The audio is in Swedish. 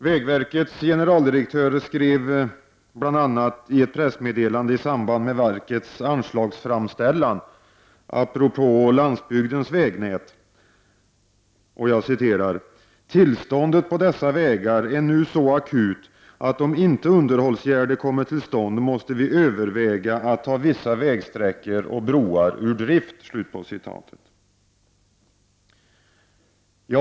Vägverkets generaldirektör skrev bl.a. apropå landsbygdens vägnät i ett pressmeddelande i samband med verkets anslagsframställan att ”tillståndet på dessa vägar är nu så akut att om inte underhållsåtgärder kommer till stånd måste vi överväga att ta vissa vägsträckor och broar ur drift”.